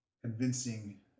convincing